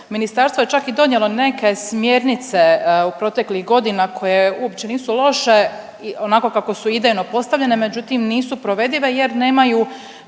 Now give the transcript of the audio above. Ministarstvo je čak i donijelo neke smjernice u proteklih godina koje uopće nisu loše onako kako su idejno postavljene međutim nisu provedive jer nemaju